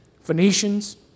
Phoenicians